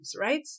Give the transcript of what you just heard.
right